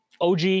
OG